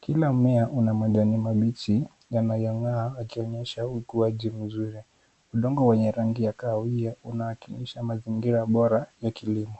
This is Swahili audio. Kila mmea una majani mabichi yanayong'aa yakionyesha ukuaji mzuri. Udongo wenye rangi ya kahawia unawakilisha mazingira bora ya kilimo.